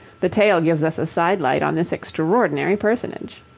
the tale gives us a side light on this extraordinary personage.